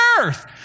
earth